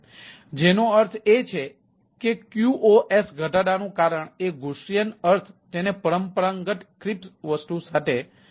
જેનો અર્થ એ છે કે QoS ઘટાડાનું કારણ એ ગૌસિયન અર્થ અને પરંપરાગત ક્રિસ્પ વસ્તુ સાથે સંકોચન કરે છે